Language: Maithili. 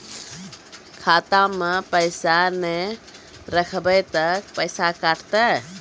खाता मे पैसा ने रखब ते पैसों कटते?